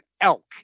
elk